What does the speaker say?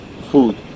food